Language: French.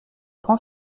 grand